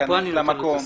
להיכנס למקום,